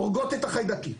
הורגות את החיידקים.